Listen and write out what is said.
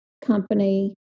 company